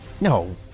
No